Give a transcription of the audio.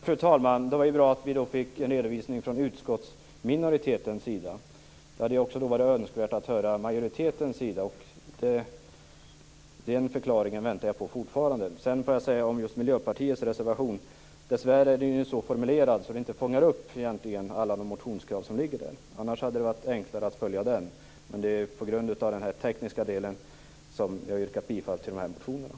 Fru talman! Det var bra att vi fick en redovisning från utskottsminoritetens sida. Det hade ju också varit önskvärt att höra en förklaring från majoritetens sida. Den väntar jag fortfarande på. Låt mig sedan säga att Miljöpartiets reservation dessvärre är så formulerad att den inte fångar upp alla de motionskrav som ligger där. Annars hade det varit enklare att följa den. Det är på grund av den tekniska delen vi har yrkat bifall till de här motionerna.